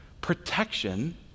protection